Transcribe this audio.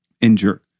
injure